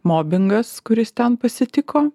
mobingas kuris ten pasitiko